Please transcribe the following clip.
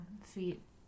feet